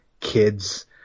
kids